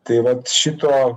tai vat šito